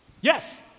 Yes